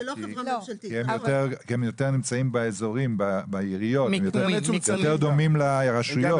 הם יותר נמצאים בעיריות, יותר דומים לרשויות.